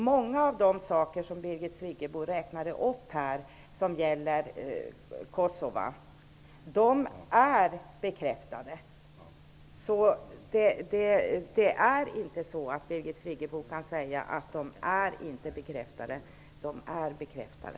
Många av de saker som Birgit Friggebo räknade upp och som gäller Kosova är bekräftade. Birgit Friggebo kan inte säga att de inte är bekräftade. De är bekräftade.